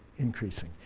increasing.